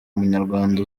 munyarwanda